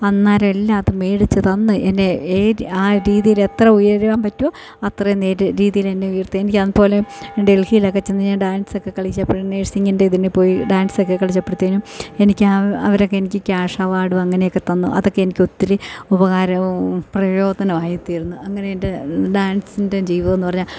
അന്നേരം എല്ലാം അത് മേടിച്ച് തന്ന് എന്നെ ഏത് ആ രീതിയിൽ എത്ര ഉയരാൻ പറ്റുമോ അത്രയും നേര് രീതിയിൽ തന്നെ ഉയർത്തി എനിക്കത് പോലെ ഡെൽഹിയിൽ ഒക്കെ ചെന്ന് ഞാൻ ഡാൻസ് ഒക്കെ കളിച്ചപ്പോഴും നഴ്സിങ്ങിൻ്റെ ഇതിന് പോയി ഡാൻസ് ഒക്കെ കളിച്ചപ്പോഴത്തേനും എനിക്ക് ആ അവരൊക്കെ എനിക്ക് ക്യാഷ് അവാർഡ് അങ്ങനെ ഒക്കെ തന്നു അതൊക്കെ എനിക്ക് ഒത്തിരി ഉപകാരവും പ്രയോജനവും ആയി തീർന്ന് അങ്ങനെ എൻ്റെ ഡാൻസിൻ്റെ ജീവിതം ഒന്നു പറഞ്ഞാൽ